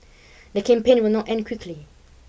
the campaign will not end quickly